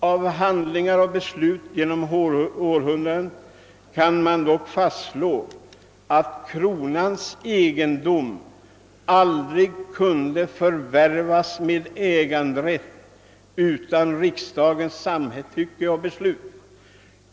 Av handlingar och beslut genom århundraden kan man dock fastslå att kronans egendom aldrig kunde förvärvas med äganderätt utan riksdagens samtycke och beslut.